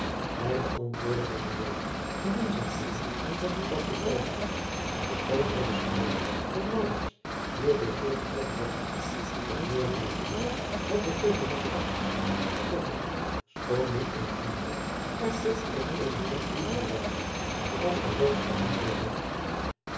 hij beantwoordde daarenboven gemeenzaamheden met gepaste vrijheden schoon hij bespeurde dat maurits hierdoor zeer getroffen werd te meer daar alles wat hij tegen haar sprak kortelijk schoon niet onvriendelijk echter op eene hem grievende wijze als ter loops beantwoord werd